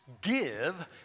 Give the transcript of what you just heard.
Give